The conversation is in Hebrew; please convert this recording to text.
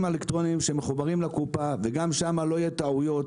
אלקטרוניים שמחוברים לקופה וגם שם לא יהיו טעויות.